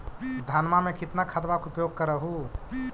धानमा मे कितना खदबा के उपयोग कर हू?